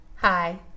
hi